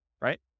right